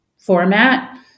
format